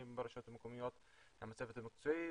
ברשויות המקומיות עם הצוות המקצועי,